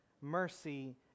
mercy